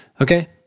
Okay